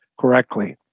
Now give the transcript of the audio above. correctly